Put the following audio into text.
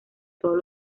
todos